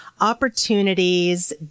opportunities